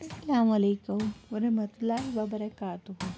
السلامُ علیکُم ورحمتہ اللہ وبرکاتُہ